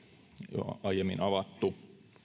jo aiemmin avattu